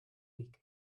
week